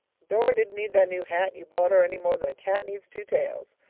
dora didn't need that new hat you bought her any more than a cat needs two tails.